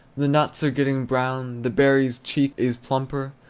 the nuts are getting brown the berry's cheek is plumper,